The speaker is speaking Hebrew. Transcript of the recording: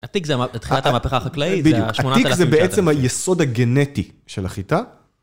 הטיק זו התחילת המהפכה החקלאית, זה ה-8000 שנה של הטיק. הטיק זה בעצם היסוד הגנטי של החיטה.